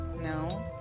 No